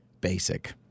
Basic